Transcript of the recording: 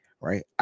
right